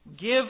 give